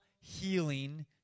healing